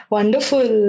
Wonderful